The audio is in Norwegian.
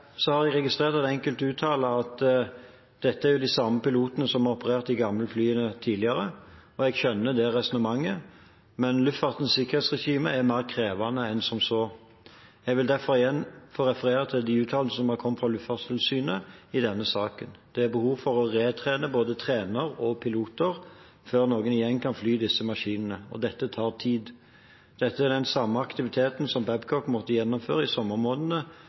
registrert at enkelte uttaler at dette jo er de samme pilotene som har operert de gamle flyene tidligere, og jeg skjønner det resonnementet, men luftfartens sikkerhetsregime er mer krevende enn som så. Jeg vil derfor igjen få referere til de uttalelsene som har kommet fra Luftfartstilsynet i denne saken: Det er behov for å re-trene både trenere og piloter før noen igjen kan fly disse maskinene, og dette tar tid. Dette er den samme aktiviteten som Babcock måtte gjennomføre i sommermånedene